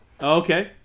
Okay